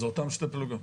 אילו אותן שתי פלוגות.